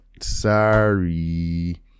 Sorry